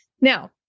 Now